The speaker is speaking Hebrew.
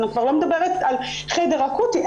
אני כבר לא מדברת על חדר אקוטי.